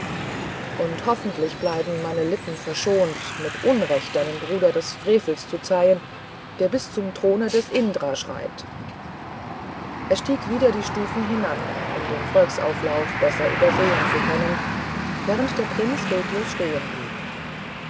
und hoffentlich bleiben meine lippen verschont mit unrecht deinen bruder eines frevels zu zeihen der bis zum throne des indra schreit er stieg wieder die stufen hinan um den volksauflauf besser übersehen zu können während der prinz